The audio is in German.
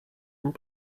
und